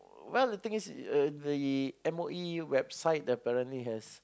well the thing is uh the M_O_E website apparently has